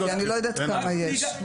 אני לא יודעת כמה יש.